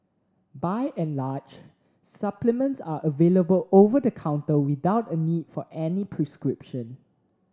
by and large supplements are available over the counter without a need for any prescription